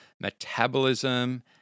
metabolism